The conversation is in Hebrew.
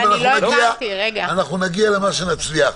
אנחנו נגיע למה שנצליח.